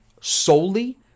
solely